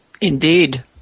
Indeed